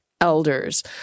elders